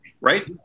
right